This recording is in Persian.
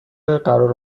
قرار